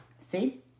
See